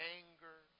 anger